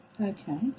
Okay